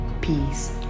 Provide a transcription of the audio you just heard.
peace